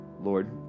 Lord